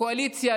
הקואליציה,